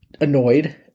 annoyed